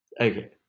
Okay